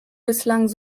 bislang